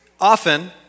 Often